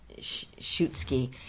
shoot-ski